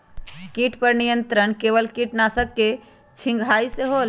किट पर नियंत्रण केवल किटनाशक के छिंगहाई से होल?